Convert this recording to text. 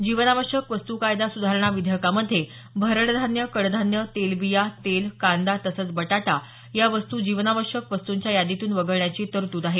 जीवनाश्यक वस्तू कायदा सुधारणा विधेयकामध्ये भरड धान्य कडधान्य तेलबिया तेल कांदा तसंच बटाटा या वस्तू जीवनावश्यक वस्तूंच्या यादीतून वगळण्याची तरतूद आहे